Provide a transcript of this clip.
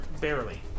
barely